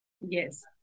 Yes